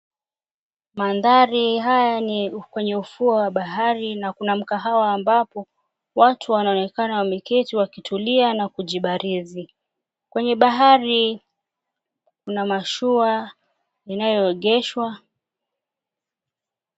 Mandhari haya ni kweye ufuo wa bahari na kuna mkahawa ambapo watu wanaonekana wameketi wakitulia na kujibarizi. Kwenye bahari mna mashua inayoegeshwa.